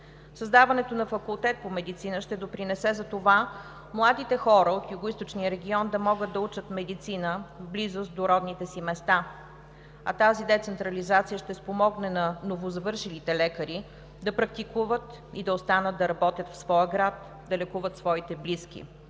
Създаването на Факултет по медицина ще допринесе за това младите хора от Югоизточния регион да могат да учат медицина в близост до родните си места, а тази децентрализация ще спомогне на новозавършилите лекари да практикуват и останат да работят в своя град, да лекуват своите близки,